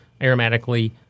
aromatically